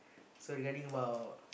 so regarding about